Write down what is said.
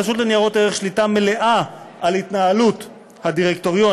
לרשות לניירות ערך שליטה מלאה על התנהלות הדירקטוריון,